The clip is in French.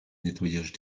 nettoyage